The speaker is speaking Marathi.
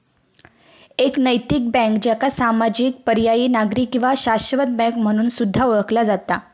एक नैतिक बँक, ज्याका सामाजिक, पर्यायी, नागरी किंवा शाश्वत बँक म्हणून सुद्धा ओळखला जाता